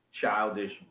childish